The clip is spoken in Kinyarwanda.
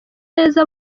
neza